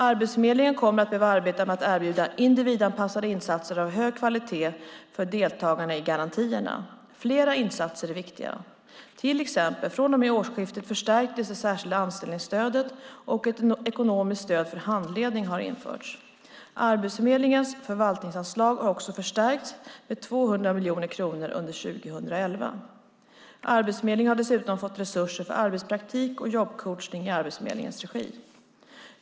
Arbetsförmedlingen kommer att behöva arbeta med att erbjuda individanpassade insatser av hög kvalitet för deltagarna i garantierna. Flera insatser är viktiga. Exempelvis har det särskilda anställningsstödet förstärkts från och med årsskiftet och ett ekonomiskt stöd för handledning införts. Arbetsförmedlingens förvaltningsanslag har också förstärkts med 200 miljoner kronor under 2011. Arbetsförmedlingen har dessutom fått resurser för arbetspraktik och jobbcoachning i Arbetsförmedlingens regi.